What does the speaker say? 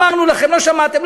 אמרנו לכם, לא שמעתם.